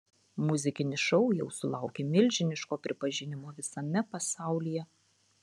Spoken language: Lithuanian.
muzikinis šou jau sulaukė milžiniško pripažinimo visame pasaulyje